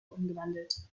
umgewandelt